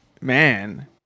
man